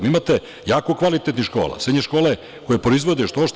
Vi imate jako kvalitetnih škola, srednje škole koje proizvode što-šta.